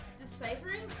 Deciphering